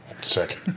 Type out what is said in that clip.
Sick